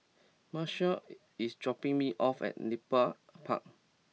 Marshall is dropping me off at Nepal Park